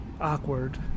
awkward